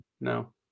No